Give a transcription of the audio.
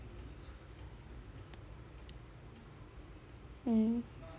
mmhmm